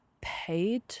Paid